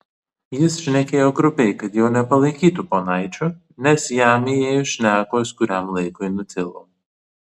jis šnekėjo grubiai kad jo nepalaikytų ponaičiu nes jam įėjus šnekos kuriam laikui nutilo